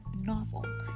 novel